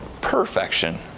perfection